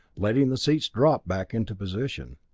letting the seats drop back into position.